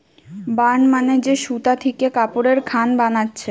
burn মানে যে সুতা থিকে কাপড়ের খান বানাচ্ছে